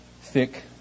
thick